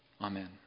Amen